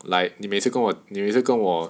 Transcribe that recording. like 你每次跟我你每次跟我